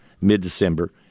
mid-December